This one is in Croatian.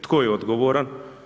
Tko je odgovoran?